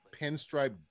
pinstripe